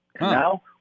Now